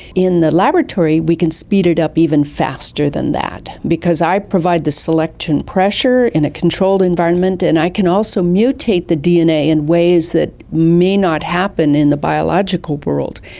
in the laboratory we can speed it up even faster than that because i provide the selection pressure in a controlled environment and i can also mutate the dna in ways that may not happen in the biological world.